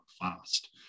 fast